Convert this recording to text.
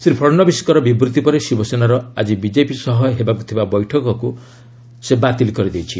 ଶ୍ରୀ ଫଡ଼ନବୀଶଙ୍କର ବିବୃତ୍ତି ପରେ ଶିବସେନାର ଆଜି ବିଜେପି ସହ ହେବାକୁ ଥିବା ବୈଠକକୁ ଏହା ବାତିଲ୍ କରିଛି